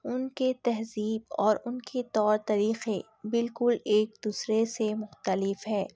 ان کے تہذیب اور ان کے طور طریقے بالکل ایک دوسرے سے مختلف ہے